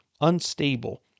unstable